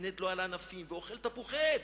ומתנדנד לו על הענפים ואוכל תפוחי-עץ.